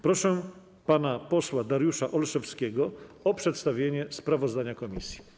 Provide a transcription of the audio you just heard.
Proszę pana posła Dariusza Olszewskiego o przedstawienie sprawozdania komisji.